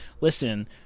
listen